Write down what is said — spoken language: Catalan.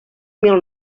mil